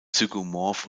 zygomorph